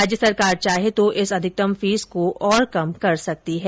राज्य सरकार चाहे तो इस अधिकतम फीस को और कम कर सकती है